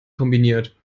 kombiniert